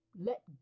let